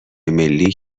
ملی